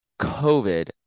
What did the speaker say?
COVID